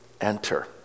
enter